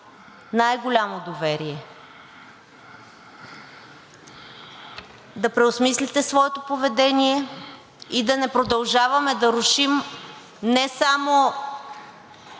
най-голямо доверие, да преосмислите своето поведение и да не продължаваме да рушим не само